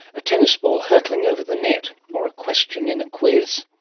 a tennis ball hurtling over the net, or a question in a quiz.